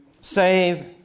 save